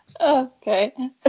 Okay